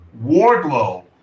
Wardlow